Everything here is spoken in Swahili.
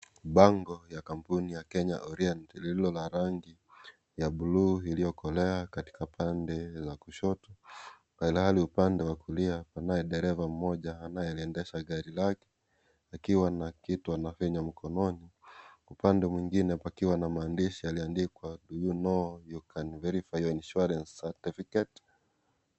Bango ya kampuni ya Kenya Orient liliyo na rangi ya buluu iliyokolea katika pande la kushoto ilihali upande wa kulia kunaye dereva mmoja anayeendesha gari lake akiwa na kitu anafinya mkononi ,upande mwingine pakiwa na maanishi yaliyoandikwa do you know you can verfy your insurance certificate? .